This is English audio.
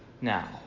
Now